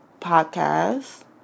podcast